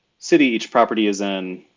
city, each property is in.